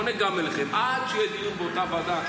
אני פונה גם אליכם: עד שיהיה דיון באותה ועדה,